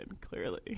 clearly